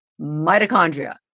mitochondria